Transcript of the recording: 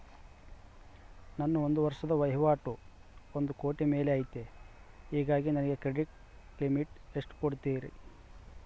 ನನ್ನ ಒಂದು ವರ್ಷದ ವಹಿವಾಟು ಒಂದು ಕೋಟಿ ಮೇಲೆ ಐತೆ ಹೇಗಾಗಿ ನನಗೆ ಕ್ರೆಡಿಟ್ ಲಿಮಿಟ್ ಎಷ್ಟು ಕೊಡ್ತೇರಿ?